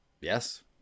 Yes